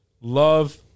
love